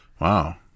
wow